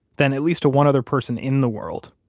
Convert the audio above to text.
then at least to one other person in the world,